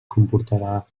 comportarà